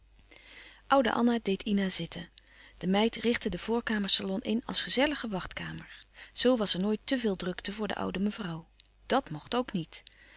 anna deed ina zitten de meid richtte den voorkamersalon in als gezellige wachtkamer zoo was er nooit te veel drukte voor de oude mevrouw dàt mocht ook niet